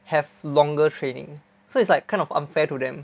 have longer training so it's like kind of unfair to them